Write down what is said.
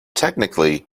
technically